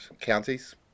counties